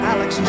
Alex